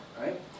Right